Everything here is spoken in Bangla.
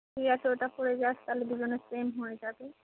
ঠিক আছে ওটা পরে যাস তাহলে দুজনের সেম হয়ে যাবে